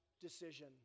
decision